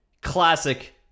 classic